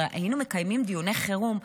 הרי היינו מקיימים דיוני חירום,